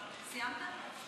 סיימת?